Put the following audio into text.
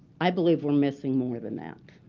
i believe we're missing more than that.